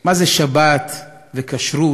מה זה שבת וכשרות